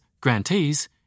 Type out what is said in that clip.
grantees